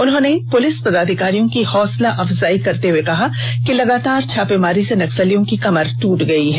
उन्होंने पुलिस पदाधिकारियों की हौसला अफजाई करते हुए कहा कि लगातार छापेमारी से नक्सलियों की कमर दूटी हुई है